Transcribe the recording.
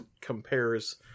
compares